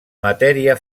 matèria